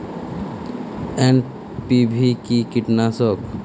NPV কি কীটনাশক?